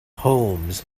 homes